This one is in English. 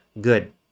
good